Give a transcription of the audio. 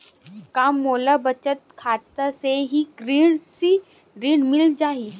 का मोला बचत खाता से ही कृषि ऋण मिल जाहि?